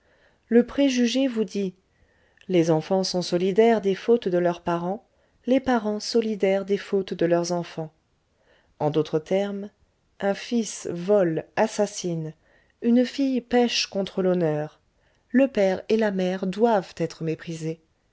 le préjugé vous dit les enfants sont solidaires des fautes de leurs parents les parents solidaires des fautes de leurs enfants en d'autres termes un fils vole assassine une fille pèche contre l'honneur le père et la mère doivent être méprisés